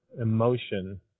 emotion